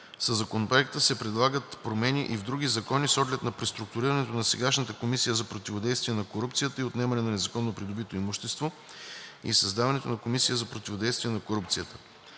Със Законопроекта се предлагат промени и в други закони с оглед на преструктурирането на сегашната Комисия за противодействие на корупцията и за отнемане на незаконно придобитото имущество и създаването на Комисия за противодействие на корупцията.